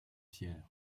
fier